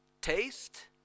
Taste